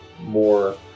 more